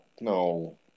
no